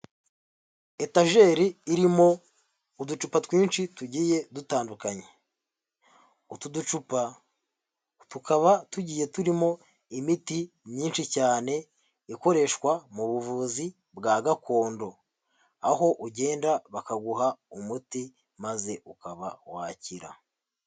Etajeri irimo uducupa twinshi tugiye dutandukanye, utu ducupa tukaba tugiye turimo imiti myinshi cyane ikoreshwa mu buvuzi bwa gakondo. Aho ugenda bakaguha umuti maze ukaba wakira.